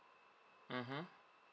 mmhmm